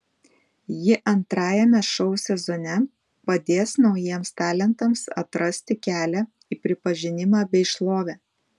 ji antrajame šou sezone padės naujiems talentams atrasti kelią į pripažinimą bei šlovę